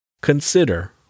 Consider